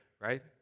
right